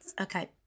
Okay